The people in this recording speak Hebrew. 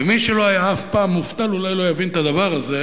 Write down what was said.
ומי שלא היה אף פעם מובטל אולי לא יבין את הדבר הזה,